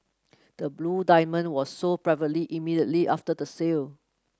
the blue diamond was sold privately immediately after the sale